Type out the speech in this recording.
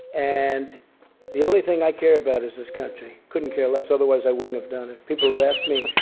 and the only thing i care about is this country couldn't care less. otherwise i wouldn't have done it. people have asked me,